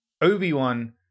Obi-Wan